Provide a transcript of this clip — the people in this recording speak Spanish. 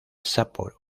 sapporo